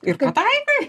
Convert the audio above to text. ir pataikai